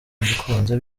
mbikunze